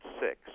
six